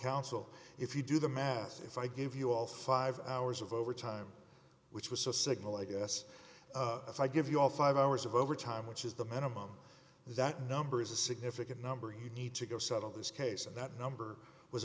counsel if you do the math if i give you all five hours of overtime which was a signal i guess if i give you all five hours of overtime which is the minimum that number is a significant number you need to go settle this case and that number was